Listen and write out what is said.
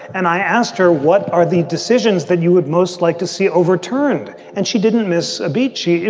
and i asked her, what are the decisions that you would most like to see overturned? and she didn't miss a beat. she you